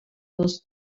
dels